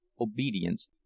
obedience